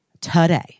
today